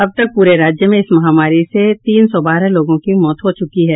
अब तक प्रे राज्य में इस महामारी से तीन सौ बारह लोगों की मौत हो चुकी है